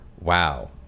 Wow